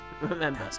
remember